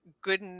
good